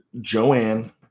Joanne